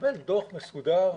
לקבל דוח מסודר